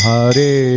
Hare